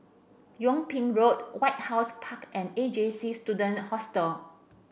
Yung Ping Road White House Park and A J C Student Hostel